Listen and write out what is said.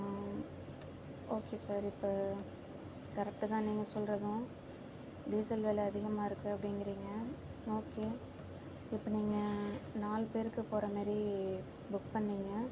okay sir இப்போ கரெக்ட்டுதான் நீங்கள் சொல்கிறதும் டீசல் வெலை அதிகமாகருக்கு அப்படிங்கிறிங்க ஓகே இப்போ நீங்கள் நாலு பேருக்கு போகிற மாரி புக் பண்ணிங்க